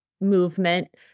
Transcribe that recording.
movement